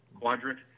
quadrant